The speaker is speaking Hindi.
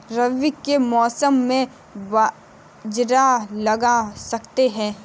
रवि के मौसम में बाजरा लगा सकते हैं?